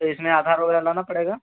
तो इसमें आधार वगैरह लाना पड़ेगा